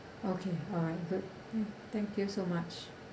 okay alright good thank you so much